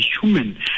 human